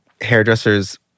hairdressers